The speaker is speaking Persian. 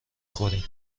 خوریم